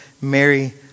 Mary